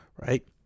right